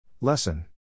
Lesson